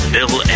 Bill